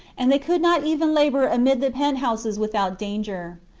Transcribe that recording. and they could not even labour amid the penthouses without danger.